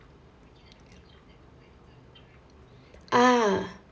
ah